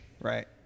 Right